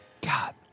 God